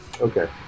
Okay